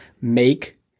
make